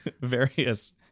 various